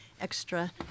extra